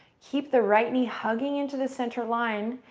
keep the right knee hugging into the center line.